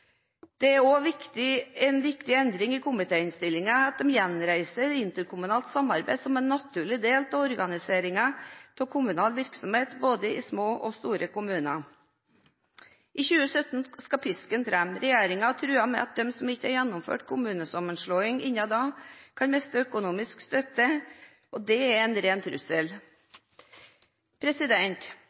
Det er også en viktig endring i komiteinnstillingen at man gjenreiser interkommunalt samarbeid som en naturlig del av organiseringen av kommunal virksomhet, i både små og store kommuner. I 2017 skal pisken fram. Regjeringen har truet med at de som ikke har gjennomført kommunesammenslåing innen da, kan miste økonomisk støtte. Det er en ren trussel.